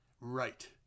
Right